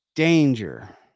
Danger